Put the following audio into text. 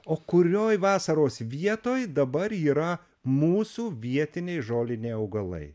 o kurioj vasaros vietoj dabar yra mūsų vietiniai žoliniai augalai